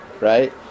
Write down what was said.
right